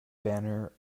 banner